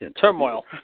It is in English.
Turmoil